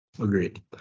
Agreed